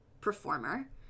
performer